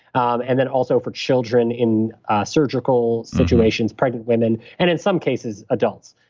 um and then also for children in surgical situations, pregnant women and in some cases, adults.